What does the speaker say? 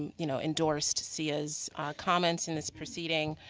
you know endorsed cia's comments in this proceeding.